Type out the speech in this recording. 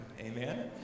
amen